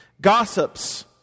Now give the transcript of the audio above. Gossips